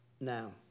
now